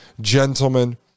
gentlemen